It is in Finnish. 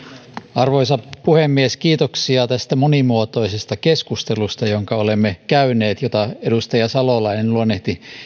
arvoisa puhemies kiitoksia tästä monimuotoisesta keskustelusta jonka olemme käyneet ja jota edustaja salolainen luonnehti